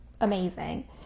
amazing